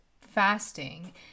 fasting